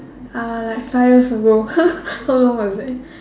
uh like five years ago how long was that